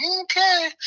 okay